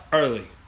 early